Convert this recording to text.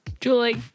Julie